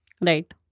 Right